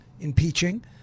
impeaching